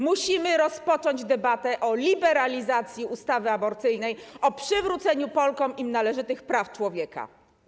Musimy rozpocząć debatę o liberalizacji ustawy aborcyjnej, o przywróceniu Polkom należnych im praw człowieka.